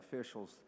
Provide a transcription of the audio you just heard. officials